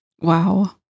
wow